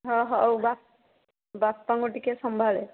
ହଁ ହଉ ବାପାଙ୍କୁ ଟିକିଏ ସମ୍ଭାଳ